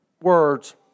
words